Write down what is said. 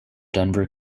denver